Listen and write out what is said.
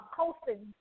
hosting